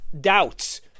doubts